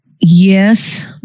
Yes